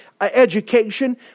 education